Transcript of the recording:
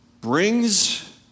brings